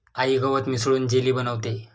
आई गवत मिसळून जेली बनवतेय